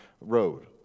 Road